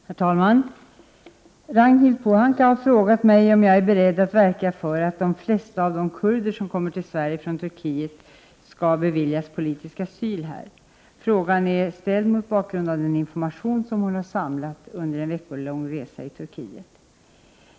Herr talman! Ragnhild Pohanka har frågat mig om jag är beredd att verka för att de flesta av de kurder som kommer till Sverige från Turkiet skall beviljas politisk asyl här. Frågan är ställd mot bakgrund av den information hon samlat in under en veckolång resa i Turkiet.